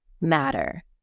matter